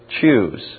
choose